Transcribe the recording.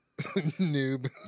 noob